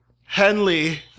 Henley